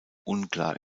unklar